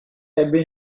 ebbe